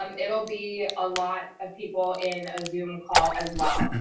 um it'll be a lot of people in a zoom call as well.